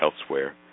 elsewhere